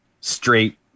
straight